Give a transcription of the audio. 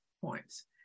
points